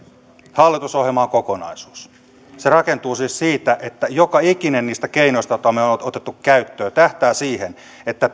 hallitusohjelma on kokonaisuus se rakentuu siis siitä että joka ikinen niistä keinoista joita me olemme ottaneet käyttöön tähtää siihen että